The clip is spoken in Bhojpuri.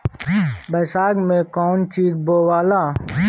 बैसाख मे कौन चीज बोवाला?